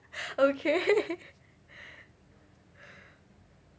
okay